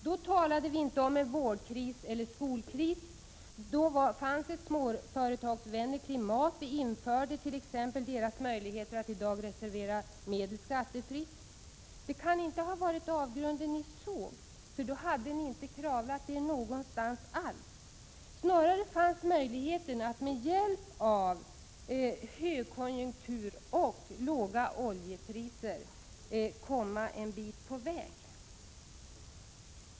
Då talade vi inte om en vårdkris eller skolkris. Då fanns det ett småföretagsvänligt klimat. Då infördes t.ex. småföretagens möjligheter att i dag reservera medel skattefritt. Det kan inte ha varit avgrunden ni såg, för då hade ni inte klarat er alls. Snarare fanns det möjligheter att med hjälp av högkonjunktur och låga oljepriser komma en bit på väg.